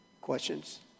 questions